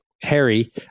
harry